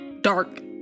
dark